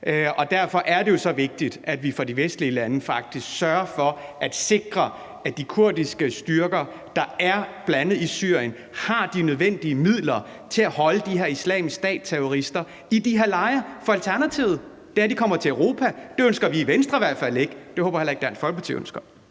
og derfor er det så vigtigt, at vi fra de vestlige landes side faktisk sørger for at sikre, at de kurdiske styrker, der er i bl.a. Syrien, har de nødvendige midler til at holde de her Islamisk Stat-terrorister i de her lejre. For alternativet er, at de kommer til Europa. Det ønsker vi i hvert fald ikke i Venstre. Det håber jeg heller ikke at Dansk Folkeparti ønsker.